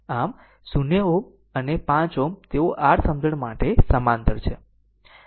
આમ 0 Ω અને 5 Ω તેઓ r સમજણ માટે સમાંતર છે